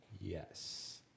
Yes